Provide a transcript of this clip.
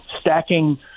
stacking